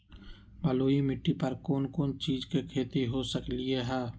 बलुई माटी पर कोन कोन चीज के खेती हो सकलई ह?